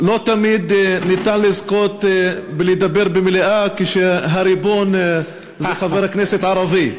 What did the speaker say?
לא תמיד ניתן לזכות לדבר במליאה כשהריבון זה חבר כנסת ערבי.